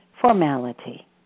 formality